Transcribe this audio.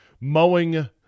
mowing